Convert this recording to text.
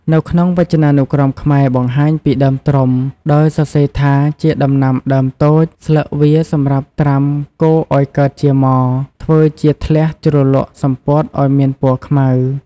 នៅក្នុងវចនានុក្រមខ្មែរបង្ហាញពីដើមត្រុំ ដោយសរសេរថា ជាដំណាំដើមតូច ស្លឹកវាសម្រាប់ត្រាំកូរឱ្យកើតជាមរ ធ្វើជាធ្លះជ្រលក់សំពត់ឱ្យមានពណ៌ខ្មៅ។